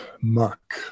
muck